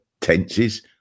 tenses